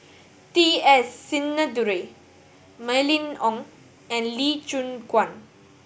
T S Sinnathuray Mylene Ong and Lee Choon Guan